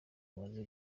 umaze